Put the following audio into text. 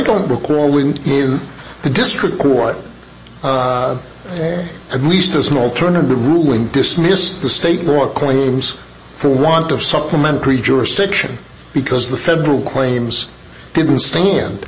don't recall when in the district court at least a small turn of the ruling dismissed the state more claims for want of supplementary jurisdiction because the federal claims didn't stand